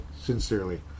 sincerely